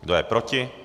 Kdo je proti?